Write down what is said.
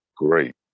great